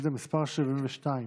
שאילתה מס' 72,